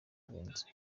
vincent